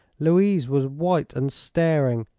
louise was white and staring.